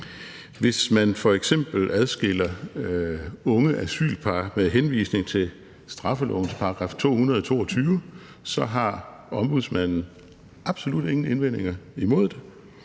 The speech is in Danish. Hvis man f.eks. adskiller unge asylpar med henvisning til straffelovens § 222, har Ombudsmanden absolut ingen indvendinger imod det,